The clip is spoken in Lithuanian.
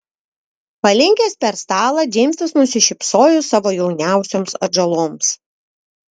palinkęs per stalą džeimsas nusišypsojo savo jauniausioms atžaloms